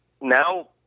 now